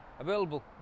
available